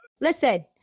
Listen